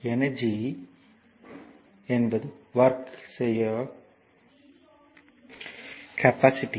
energy என்பது work செய்யும் capacity